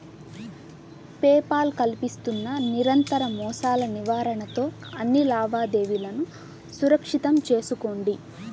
pay Paul కల్పిస్తున్న నిరంతర మోసాల నివారణతో అన్ని లావాదేవీలను సురక్షితం చేసుకోండి